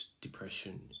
depression